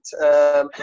right